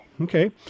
Okay